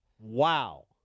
Wow